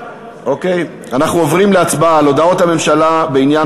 אנחנו עוברים להצבעה על הודעת הממשלה בעניין